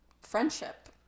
friendship